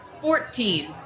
Fourteen